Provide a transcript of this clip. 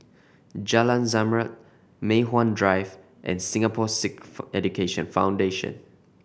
Jalan Zamrud Mei Hwan Drive and Singapore Sikh Education Foundation